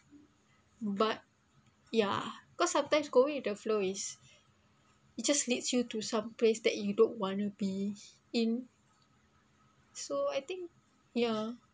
but ya cause sometimes going with the flow is it just leads you to some place that you don't want to be in so I think ya